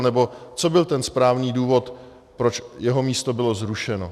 Nebo co byl ten správný důvod, proč jeho místo bylo zrušeno?